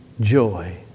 joy